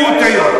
יש מציאות היום.